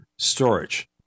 storage